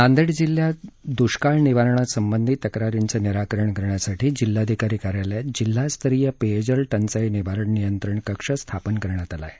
नांदेड जिल्ह्यात दुष्काळ निवारणासंबंधी तक्रारींच निराकरण करण्यासाठी जिल्हाधिकारी कार्यालयात जिल्हास्तरीय पेयजल टंचाई निवारण नियंत्रण कक्ष स्थापन केला आहे